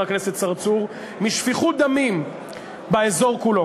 משפיכות דמים באזור כולו.